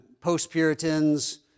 post-Puritans